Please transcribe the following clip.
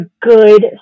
good